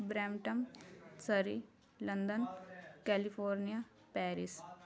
Brampton Surrey London California Paris